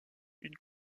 une